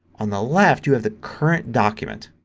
on the left you have the current document.